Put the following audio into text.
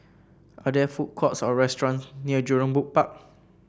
are there food courts or restaurants near Jurong Bird Park